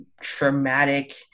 traumatic